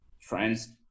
friends